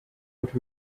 what